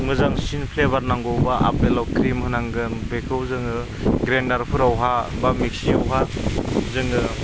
मोजांसिन फ्लेभार नांगौब्ला आपेलाव क्रिम होनांगोन बेखौ जोङो ग्राइन्दारफोरावहा बा मिक्सियावहा जोङो